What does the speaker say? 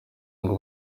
ngo